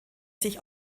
sich